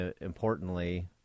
importantly